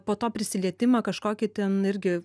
po to prisilietimą kažkokį ten irgi